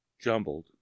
jumbled